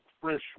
fresh